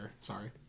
Sorry